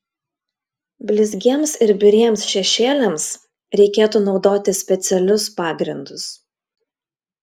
blizgiems ir biriems šešėliams reikėtų naudoti specialius pagrindus